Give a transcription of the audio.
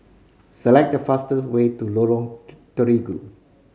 select the fastest way to Lorong Terigu